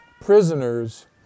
prisoners